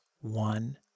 one